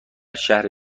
شهر